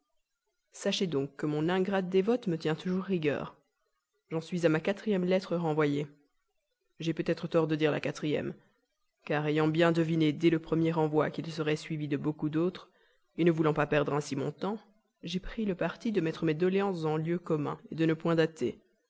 sachez donc que mon ingrate dévote me tient toujours rigueur j'en suis à ma quatrième lettre renvoyée j'ai peut-être tort de dire la quatrième car ayant bien deviné dès le premier renvoi qu'il serait suivi de beaucoup d'autres ne voulant pas perdre ainsi mon temps j'ai pris le parti de mettre mes doléances en lieux communs de ne point dater